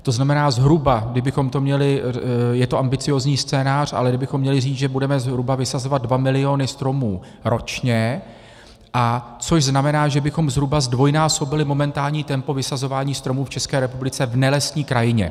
To znamená, zhruba kdybychom měli, je to ambiciózní scénář, ale kdybychom měli říct, že budeme zhruba vysazovat dva miliony stromů ročně, což znamená, že bychom zhruba zdvojnásobili momentální tempo vysazování stromů v České republice v nelesní krajině.